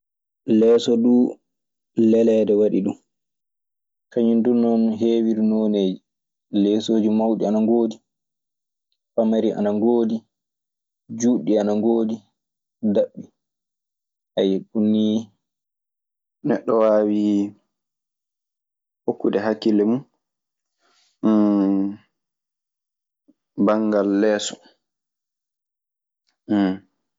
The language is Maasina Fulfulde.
Leeso du leleede waɗi ɗum. Kañun du non heewiri nooneeji. Leesooji mawɗi ana ngoodi, pamari ana ngoodi, juuɗɗi ana ngoodi, daɓɓi. Haya, ɗun nii neɗɗo waawi hokkude hakkille mun banngal leeso.